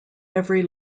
every